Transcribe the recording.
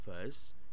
First